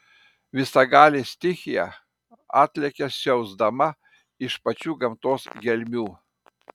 visagalė stichija atlekia siausdama iš pačių gamtos gelmių